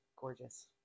gorgeous